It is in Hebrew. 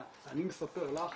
אני מספר לך,